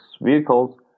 vehicles